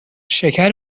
شکر